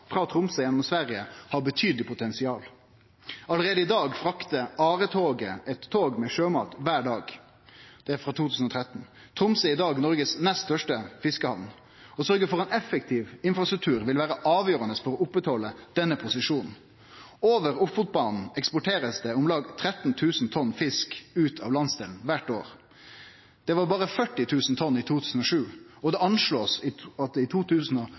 frå Tromsø gjennom Sverige har betydeleg potensial. Allereie i dag fraktar ARE-toget eit tog med sjømat kvar dag – det er frå 2013. Tromsø er i dag Noregs nest største fiskehamn. Å sørgje for ein effektiv infrastruktur vil vere avgjerande for å halde oppe denne posisjonen. Over Ofotbanen blir det eksportert om lag 13 000 tonn fisk ut av landsdelen kvart år. Det var berre 40 000 tonn i 2007, og det blir anslått at i